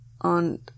on